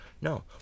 No